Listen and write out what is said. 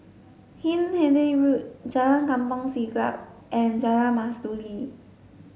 Hindhede Road Jalan Kampong Siglap and Jalan Mastuli